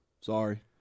sorry